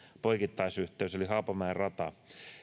poikittaisyhteys eli haapamäen rata